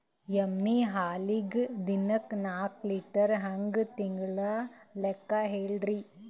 ಎಮ್ಮಿ ಹಾಲಿಗಿ ದಿನಕ್ಕ ನಾಕ ಲೀಟರ್ ಹಂಗ ತಿಂಗಳ ಲೆಕ್ಕ ಹೇಳ್ರಿ?